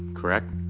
correct?